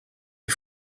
est